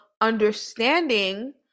understanding